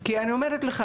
כי אני אומרת לך,